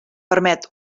permet